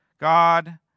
God